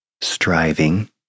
Striving